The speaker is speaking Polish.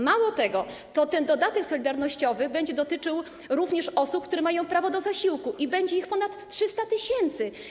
Mało tego, ten dodatek solidarnościowy będzie dotyczył również osób, które mają prawo do zasiłku, i będzie ich ponad 300 tys.